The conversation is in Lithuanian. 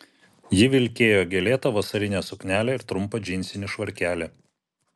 ji vilkėjo gėlėtą vasarinę suknelę ir trumpą džinsinį švarkelį